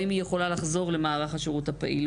האם היא יכולה לחזור למערך השירות הפעיל?